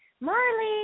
Marley